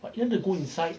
but you want to go inside